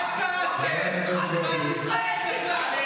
חברת הכנסת טלי גוטליב.